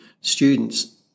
students